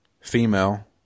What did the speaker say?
female